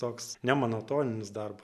toks nemonotoninis darbas